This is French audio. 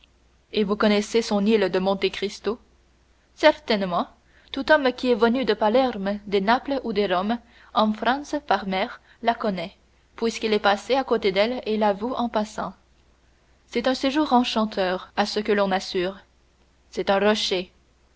et vous connaissez son île de monte cristo certainement tout homme qui est venu de palerme de naples ou de rome en france par mer la connaît puisqu'il est passé à côté d'elle et l'a vue en passant c'est un séjour enchanteur à ce que l'on assure c'est un rocher